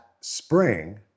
spring